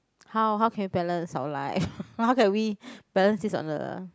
how how can we balance our life how can we balance this on a